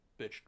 bitch